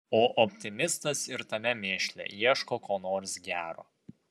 o optimistas ir tame mėšle ieško ko nors gero